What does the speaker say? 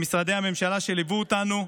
למשרדי הממשלה שליוו אותנו,